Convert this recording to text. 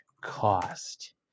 cost